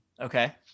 Okay